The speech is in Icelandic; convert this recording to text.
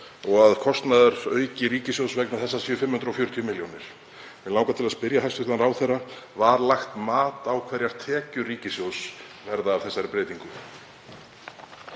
og að kostnaðarauki ríkissjóðs vegna þessa sé 540 milljónir. Mig langar til að spyrja hæstv. ráðherra: Var lagt mat á það hverjar tekjur ríkissjóðs verða af þessari breytingu?